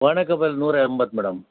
ಒಣ ಕೊಬ್ಬರಿ ನೂರ ಎಂಬತ್ತು ಮೇಡಮ್